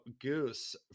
goose